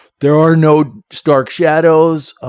there are no stark shadows.